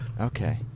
Okay